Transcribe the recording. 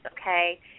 okay